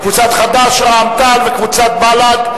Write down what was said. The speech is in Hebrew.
קבוצת חד"ש, קבוצת רע"ם-תע"ל וקבוצת בל"ד.